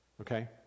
Okay